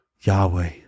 Yahweh